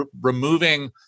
removing